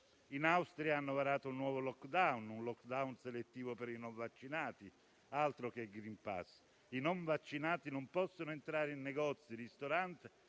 In Austria hanno varato un nuovo *lockdown* selettivo per i non vaccinati. Altro che *green pass*! I non vaccinati non possono entrare in negozi, ristoranti